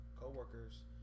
coworkers